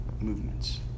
movements